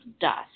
dust